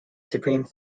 supreme